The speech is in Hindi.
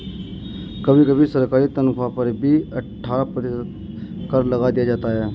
कभी कभी सरकारी तन्ख्वाह पर भी अट्ठारह प्रतिशत कर लगा दिया जाता है